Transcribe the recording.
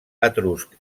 etrusc